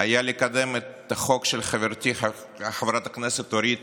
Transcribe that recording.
היה לקדם את החוק של חברתי חברת הכנסת אורית